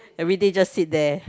everyday just sit there